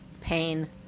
pain